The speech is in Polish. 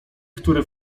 które